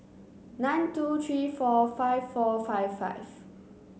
nine two three four five four five five